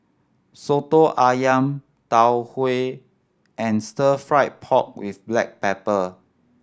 Soto Ayam Tau Huay and Stir Fried Pork With Black Pepper